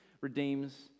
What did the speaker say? redeems